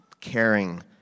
caring